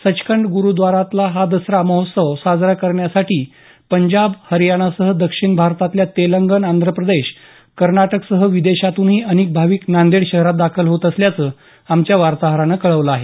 सचखंड गुरूव्दाऱ्यातला हा दसरा महोत्सव साजरा करण्यासाठी पंजाब हरियाणासह दक्षिण भारतातल्या तेलंगणा आंध्र प्रदेश कर्नाटकसह विदेशातूनही अनेक भाविक नांदेड शहरात दाखल होत असल्याचं आमच्या वार्ताहरानं कळवलं आहे